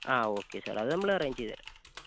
ആ okay sir അത് നമ്മൾ അറേഞ്ച് ചെയ്തുതരാം